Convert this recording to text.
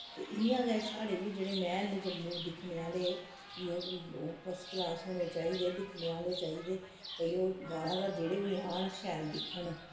ते इयां गै साढ़े बी जेह्ड़े मैह्ल न जम्मू दिक्खने आह्ले जि' यां ओह् फर्स्ट क्लास होने चाहिदे दिक्खने आह्ले चाहिदे भई ओह् बाह्रा दा जेह्ड़े बी आन शैल दिक्खन